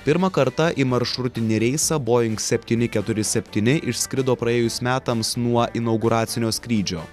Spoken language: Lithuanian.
pirmą kartą į maršrutinį reisą boing septyni keturi septyni išskrido praėjus metams nuo inauguracinio skrydžio